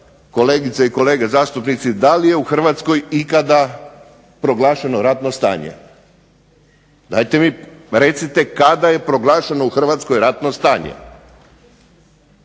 kolegice i kolege zastupnici, da li je u Hrvatskoj ikada proglašeno ratno stanje? Dajte mi recite kada je proglašeno u Hrvatskoj ratno stanje?